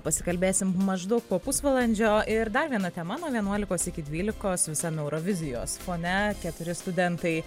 pasikalbėsim maždaug po pusvalandžio ir dar viena tema nuo vienuolikos iki dvylikos visam eurovizijos fone keturi studentai